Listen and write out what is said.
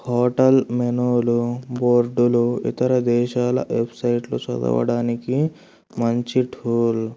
hotel మెనూలు బోర్డులు ఇతర దేశాల వెబ్సైట్లు చదవడానికి మంచి టూల్